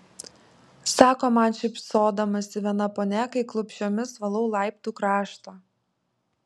sako man šypsodamasi viena ponia kai klupsčiomis valau laiptų kraštą